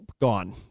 gone